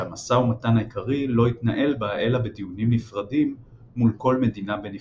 שהמשא ומתן העיקרי לא יתנהל בה אלא בדיונים נפרדים מול כל מדינה בנפרד,